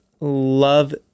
love